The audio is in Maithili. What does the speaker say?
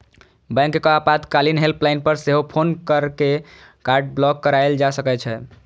बैंकक आपातकालीन हेल्पलाइन पर सेहो फोन कैर के कार्ड ब्लॉक कराएल जा सकै छै